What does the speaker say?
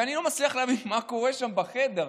ואני לא מצליח להבין מה קורה שם בחדר.